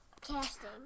Casting